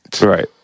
Right